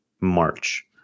March